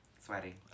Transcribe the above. Sweaty